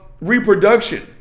reproduction